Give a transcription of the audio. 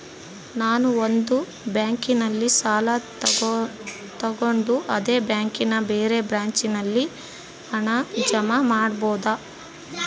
ನಾನು ಒಂದು ಬ್ಯಾಂಕಿನಲ್ಲಿ ಸಾಲ ತಗೊಂಡು ಅದೇ ಬ್ಯಾಂಕಿನ ಬೇರೆ ಬ್ರಾಂಚಿನಲ್ಲಿ ಹಣ ಜಮಾ ಮಾಡಬೋದ?